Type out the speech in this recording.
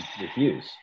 refuse